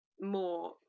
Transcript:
more